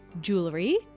jewelry